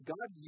God